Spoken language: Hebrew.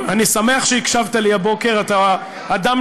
אמרת את זה